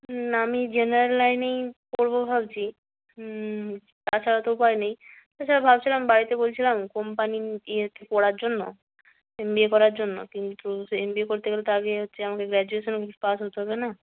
না আমি জেনারেল লাইনেই পড়ব ভাবছি তাছাড়া তো উপায় নেই এছাড়া ভাবছিলাম বাড়িতে বলছিলাম কোম্পানি ইয়েতে পড়ার জন্য এম বি এ করার জন্য কিন্তু সে এম বি এ করতে গেলে তো আগে হচ্ছে আমাকে গ্রাজুয়েশান পাস হতে হবে না